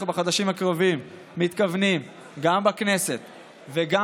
אנחנו בחודשים הקרובים מתכוונים גם בכנסת וגם